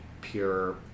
pure